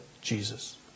Jesus